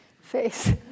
face